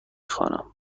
خوانم